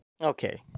okay